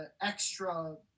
extra